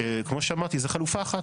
כמו שאמרתי, זו חלופה אחת.